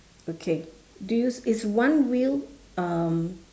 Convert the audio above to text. okay do you is one wheel um